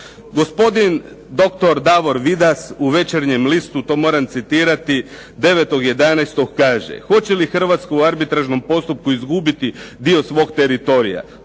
Gospodin dr. Davor Vidas u "Večernjem listu", to moram citirati, 9.11. kaže hoće li Hrvatsku u arbitražnom postupku izgubiti dio svog teritorija,